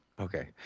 Okay